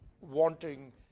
wanting